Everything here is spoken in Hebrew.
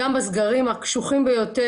גם בסגרים הקשוחים ביותר,